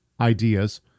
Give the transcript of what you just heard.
ideas